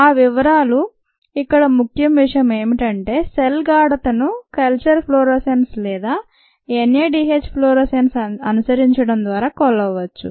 ఆ వివరాలు ఇక్కడ ముఖ్య విషయం ఏమిటంటే సెల్ గాఢతను కల్చర్ ఫ్లోరోసెన్స్ లేదా NADH ఫ్లోరోసెన్స్ను అనుసరించడం ద్వారా కొలవవచ్చు